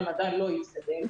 המדע לא יתקדם,